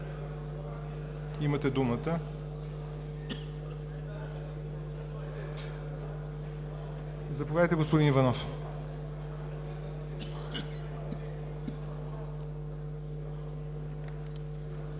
Имате думата. Заповядайте, господин Иванов.